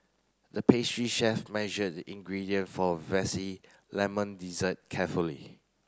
the pastry chef measured the ingredient for a lemon dessert carefully